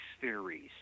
theories